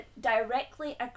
directly